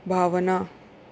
भावना